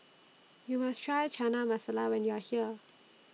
YOU must Try Chana Masala when YOU Are here